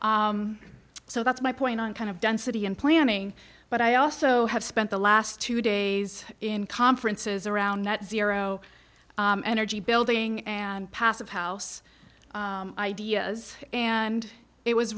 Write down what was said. so that's my point on kind of density and planning but i also have spent the last two days in conferences around net zero energy building and passive house ideas and it was